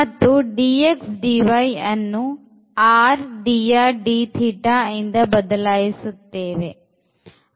ಮತ್ತು dx dy ಅನ್ನು rdrdθ ಇಂದ ಬದಲಾಯಿಸುತ್ತೇವೆ